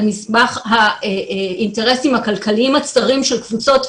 על מזבח האינטרסים הכלכליים הצרים של קבוצות,